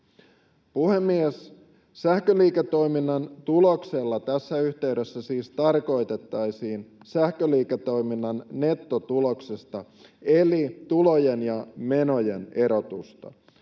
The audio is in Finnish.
Puhemies! Sähköliiketoiminnan tuloksella tässä yhteydessä tarkoitettaisiin siis sähköliiketoiminnan nettotulosta eli tulojen ja menojen erotusta.